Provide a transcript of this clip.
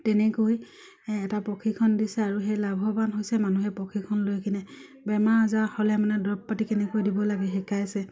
তেনেকৈ এটা প্ৰশিক্ষণ দিছে আৰু সেই লাভৱান হৈছে মানুহে প্ৰশিক্ষণ লৈ কিনে বেমাৰ আজাৰ হ'লে মানে দৰব পাতি কেনেকৈ দিব লাগে শিকাইছে